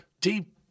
deep